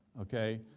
okay?